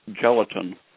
gelatin